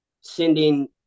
sending